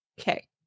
Okay